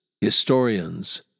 historians